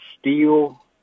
steel